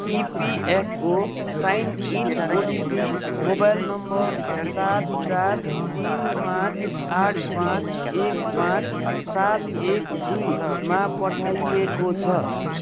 EPFO sign in OTP mobile number सात चार तिन पाचँ आठ पाचँ एक पाचँ सात एक दुईमा पठाइएको छ